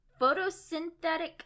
photosynthetic